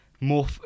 more